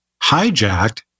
hijacked